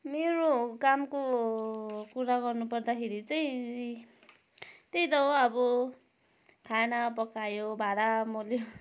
मेरो कामको कुरा गर्नु पर्दाखेरि चाहिँ त्यही त अब खाना पकायो भाँडा मोल्यो